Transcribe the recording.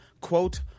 quote